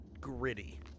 gritty